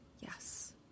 yes